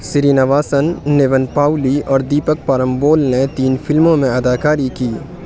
سری نواسن نیون پاؤلی اور دیپک پرمبول نے تین فلموں میں اداکاری کی